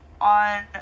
on